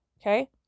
Okay